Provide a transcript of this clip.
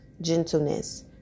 gentleness